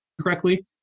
correctly